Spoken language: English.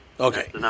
Okay